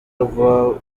rwabo